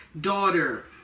daughter